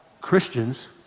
Christians